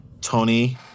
Tony